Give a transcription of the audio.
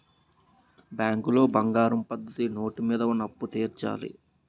బ్యాంకులో బంగారం పద్ధతి నోటు మీద ఉన్న అప్పు తీర్చాలి